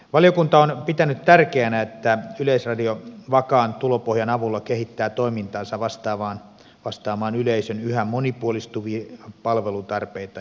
valiokunta on pitänyt tärkeänä että yleisradio vakaan tulopohjan avulla kehittää toimintaansa vastaamaan yleisön yhä monipuolistuvia palvelutarpeita ja toiveita